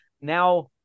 now